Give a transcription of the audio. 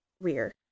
rear